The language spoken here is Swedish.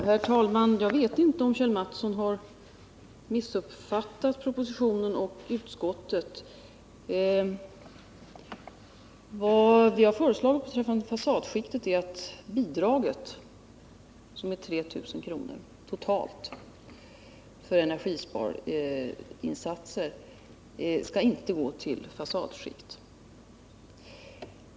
Herr talman! Jag vet inte om Kjell Mattsson har missuppfattat propositionen och utskottsmajoriteten. Vad vi har föreslagit är att bidraget, som är 3 000 kr. totalt för energisparinsatser, inte skall gå till fasadskikt.